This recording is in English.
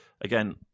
again